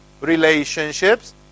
relationships